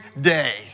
day